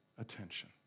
attention